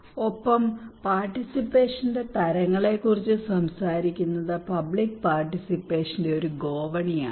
ഒപ്പം പാർട്ടിസിപ്പേഷൻറെ തരങ്ങളെക്കുറിച്ച് സംസാരിക്കുന്നത് പബ്ലിക് പാർട്ടിസിപ്പേഷൻറെ ഒരു ഗോവണിയാണ്